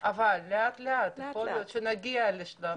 זה מחקר שכבר נעשה,